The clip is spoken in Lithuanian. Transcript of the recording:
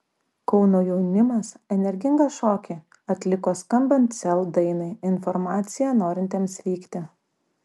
kauno jaunimas energingą šokį atliko skambant sel dainai informacija norintiems vykti